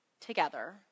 together